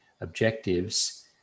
objectives